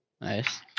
nice